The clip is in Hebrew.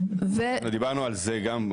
דיברנו על זה כאן,